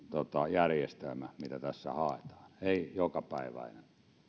järjestelmä mitä tässä haetaan ei jokapäiväinen